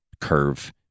curve